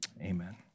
Amen